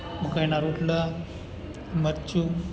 મકાઈના રોટલા મરચું